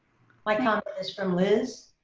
my comment is from liz.